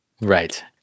Right